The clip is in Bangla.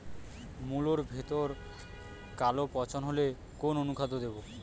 মুলোর ভেতরে কালো পচন হলে কোন অনুখাদ্য দেবো?